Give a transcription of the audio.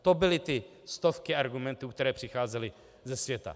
To byly ty stovky argumentů, které přicházely ze světa.